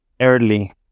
early